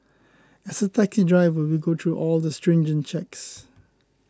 as a taking driver we go through all the stringent checks